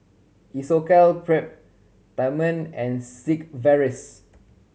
Isocal and Sigvaris